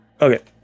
Okay